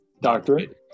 doctorate